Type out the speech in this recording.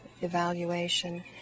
evaluation